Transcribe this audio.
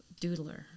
doodler